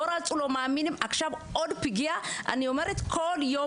עכשיו יש עוד פגיעה באמון.